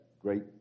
great